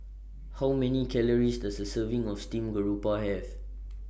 How Many Calories Does A Serving of Steamed Garoupa Have